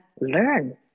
learn